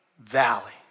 valley